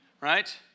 right